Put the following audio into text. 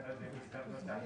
אני